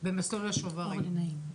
במסלול השוברים.